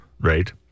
right